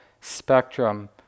spectrum